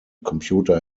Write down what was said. computer